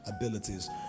abilities